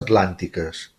atlàntiques